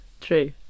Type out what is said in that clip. true